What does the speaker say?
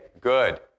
good